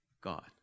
God